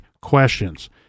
questions